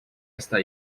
esta